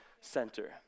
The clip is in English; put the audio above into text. center